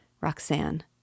Roxanne